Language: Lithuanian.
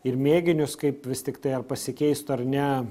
ir mėginius kaip vis tiktai ar pasikeistų ar ne